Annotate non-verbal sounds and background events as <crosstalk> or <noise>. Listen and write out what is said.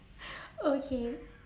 <breath> okay